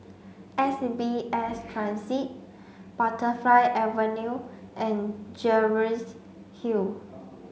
S B S Transit Butterfly Avenue and Jervois Hill